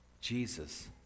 Jesus